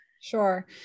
Sure